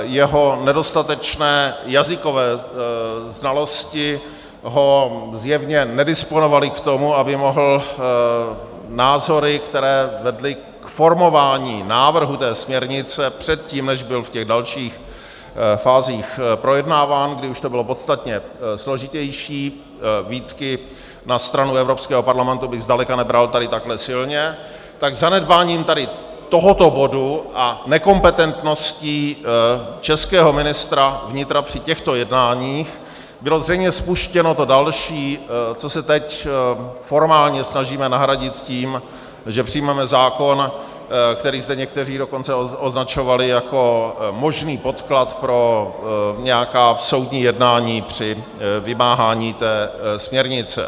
Jeho nedostatečné jazykové znalosti ho zjevně nedisponovaly k tomu, aby mohl názory, které vedly k formování návrhu té směrnice předtím, než byl v těch dalších fázích projednáván, kdy už to bylo podstatně složitější výtky na stranu Evropského parlamentu bych zdaleka nebral tady takhle silně , tak zanedbáním tady tohoto bodu a nekompetentností českého ministra vnitra při těchto jednáních bylo zřejmě spuštěno to další, co se teď formálně snažíme nahradit tím, že přijmeme zákon, který zde někteří dokonce označovali jako možný podklad pro nějaká soudní jednání při vymáhání té směrnice.